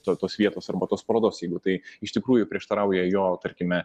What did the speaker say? to tos vietos arba tos parodos jeigu tai iš tikrųjų prieštarauja jo tarkime